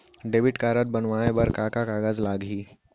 Debit card बनवाये बर का का कागज लागही?